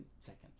seconds